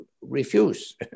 refuse